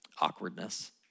awkwardness